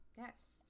Yes